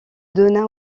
donna